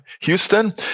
Houston